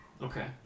okay